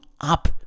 up